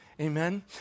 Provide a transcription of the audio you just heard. Amen